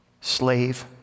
slave